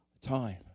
time